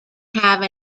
have